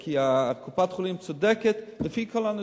כי קופת-החולים צודקת, לפי כל הנתונים.